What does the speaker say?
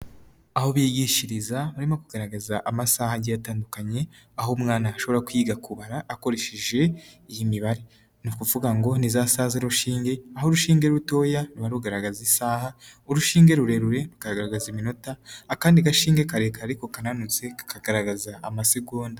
Aho bigishiriza barimo kugaragaza amasaha igihe atandukanye, aho umwana ashobora kwiga kubara akoresheje iyi mibare, ni ukuvuga ngo ni zasa z'urushinge, aho urushinge rutoya ruba rugaragaza isaha, urushinge rurerure rukagaragaza iminota, akandi gashinge karekare ariko kananutse kakagaragaza amasegonda.